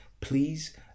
please